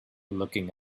looking